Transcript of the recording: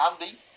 Andy